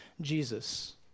Jesus